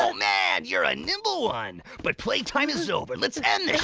so man, you're a nimble one! but play time is over. let's end this,